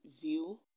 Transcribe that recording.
view